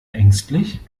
ängstlich